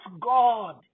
God